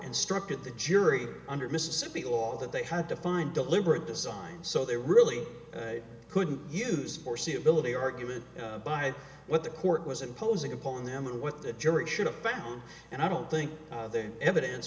and struck at the jury under mississippi law that they had to find deliberate design so they really couldn't use foreseeability argument by what the court was imposing upon them and what the jury should have found and i don't think the evidence